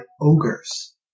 ogres